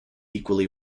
equally